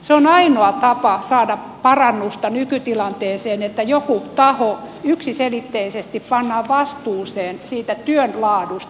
se on ainoa tapa saada parannusta nykytilanteeseen että joku taho yksiselitteisesti pannaan vastuuseen siitä työn laadusta